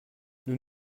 nous